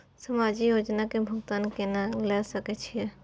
समाजिक योजना के भुगतान केना ल सके छिऐ?